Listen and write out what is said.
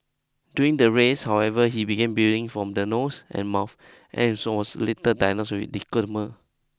during the race however he began bleeding from the nose and mouth and so was later diagnosed with